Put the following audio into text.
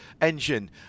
engine